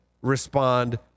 respond